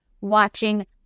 watching